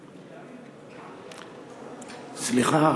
סליחה.